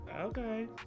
Okay